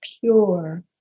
pure